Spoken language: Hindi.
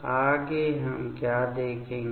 आगे हम क्या देखेंगे